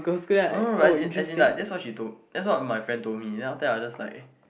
no no no as in like that's what she told that's what my friend told me then after that I was just like